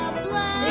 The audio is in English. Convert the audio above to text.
blood